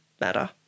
matter